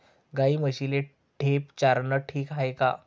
गाई म्हशीले ढेप चारनं ठीक हाये का?